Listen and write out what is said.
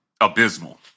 abysmal